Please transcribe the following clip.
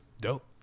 dope